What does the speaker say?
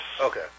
Okay